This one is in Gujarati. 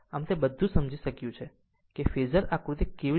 આમ તે બધું સમજી શક્યું છે કે ફેઝર આકૃતિ કેવી રીતે દોરે છે